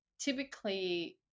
typically